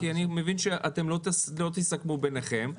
כי אני מבין שאתם לא תסכמו ביניכם,